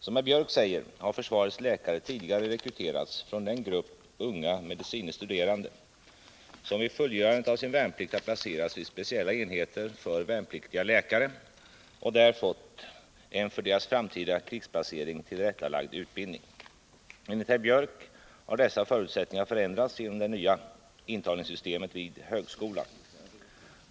Som herr Biörck säger har försvarets läkare tidigare rekryterats från den grupp unga medicine studerande som vid fullgörandet av sin värnplikt har placerats vid speciella enheter för värnpliktiga läkare och där fått en för deras framtida krigsplacering tillrättalagd utbildning. Enligt herr Biörck har dessa förutsättningar förändrats genom det nya intagningssystemet vid högskolan.